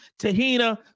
Tahina